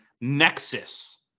nexus